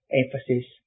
emphasis